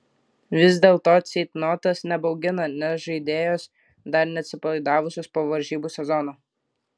vis dėlto ceitnotas nebaugina nes žaidėjos dar neatsipalaidavusios po varžybų sezono